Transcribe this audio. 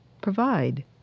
provide